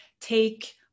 take